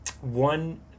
one